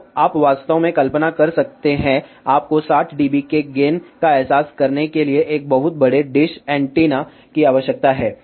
तो आप वास्तव में कल्पना कर सकते हैं आपको 60 डीबी के गेन का एहसास करने के लिए एक बहुत बड़े डिश एंटीना की आवश्यकता है